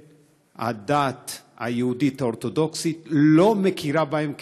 הדת היהודית האורתודוקסית לא מכירה בהם כיהודים.